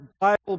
Bible